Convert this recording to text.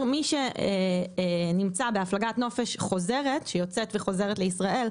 מי שנמצא בהפלגת נופש שיוצאת וחוזרת לישראל,